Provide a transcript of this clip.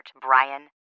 Brian